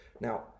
Now